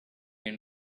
end